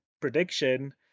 prediction